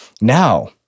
Now